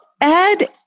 Ed